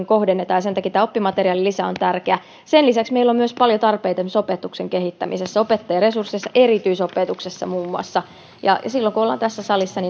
kohdennetaan sen takia tämä oppimateriaalilisä on tärkeä sen lisäksi meillä on myös paljon tarpeita esimerkiksi opetuksen kehittämisessä opettajaresursseissa erityisopetuksessa muun muassa silloin kun ollaan tässä salissa